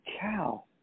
cow